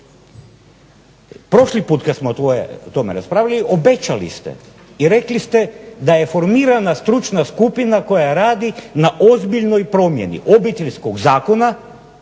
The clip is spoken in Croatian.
Prošli puta kada smo o tome raspravljali obećali ste i rekli ste da je formirana stručna skupina koja radi na ozbiljnoj promjeni Obiteljskog zakona